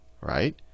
right